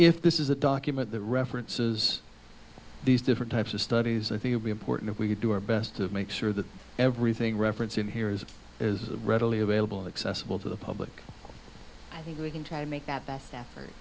if this is a document the references these different types of studies i think would be important if we could do our best to make sure that everything reference in here is as of readily available accessible to the public and we can try to make that best effort